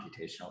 computational